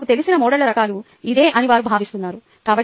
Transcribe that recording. తమకు తెలిసిన మోడళ్ల రకాలు ఇదే అని వారు భావిస్తారు